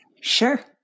Sure